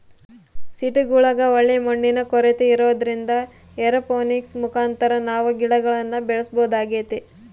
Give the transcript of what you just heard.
ಸಿಟಿಗುಳಗ ಒಳ್ಳೆ ಮಣ್ಣಿನ ಕೊರತೆ ಇರೊದ್ರಿಂದ ಏರೋಪೋನಿಕ್ಸ್ ಮುಖಾಂತರ ನಾವು ಗಿಡಗುಳ್ನ ಬೆಳೆಸಬೊದಾಗೆತೆ